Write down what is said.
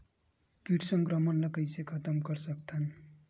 कीट संक्रमण ला कइसे खतम कर सकथन?